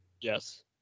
Yes